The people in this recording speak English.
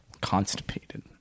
constipated